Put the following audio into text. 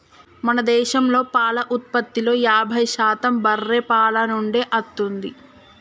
మన దేశంలో పాల ఉత్పత్తిలో యాభై శాతం బర్రే పాల నుండే అత్తుంది